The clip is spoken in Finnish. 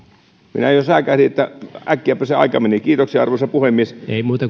minä jo säikähdin että äkkiäpä se aika meni kiitoksia arvoisa puhemies